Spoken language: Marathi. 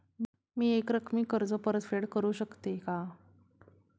मी एकरकमी कर्ज परतफेड करू शकते का?